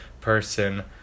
person